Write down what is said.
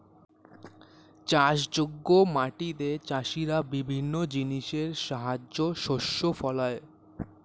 চাষযোগ্য মাটিতে চাষীরা বিভিন্ন জিনিসের সাহায্যে শস্য ফলায়